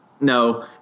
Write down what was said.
No